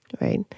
right